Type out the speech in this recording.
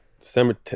December